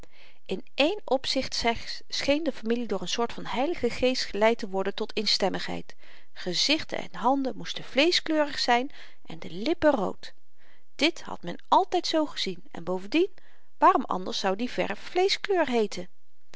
in één opzicht slechts scheen de familie door n soort van h geest geleid te worden tot eenstemmigheid gezichten en handen moesten vleeschkleurig zyn en de lippen rood dit had men altyd zoo gezien en bovendien waarom anders zou die verf vleeschkleur heeten